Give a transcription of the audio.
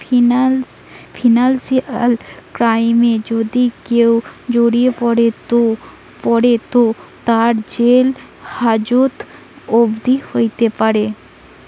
financial ক্রাইমে যদি কেও জড়িয়ে পড়ে তো তার জেল হাজত অবদি হোতে পারে